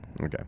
Okay